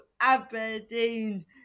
Aberdeen